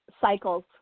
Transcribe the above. cycles